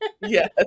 Yes